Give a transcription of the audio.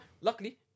luckily